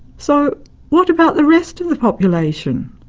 so what about the rest of the population?